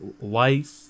life